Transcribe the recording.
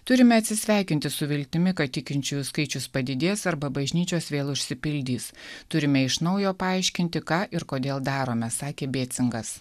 turime atsisveikinti su viltimi kad tikinčiųjų skaičius padidės arba bažnyčios vėl užsipildys turime iš naujo paaiškinti ką ir kodėl darome sakė bėcingas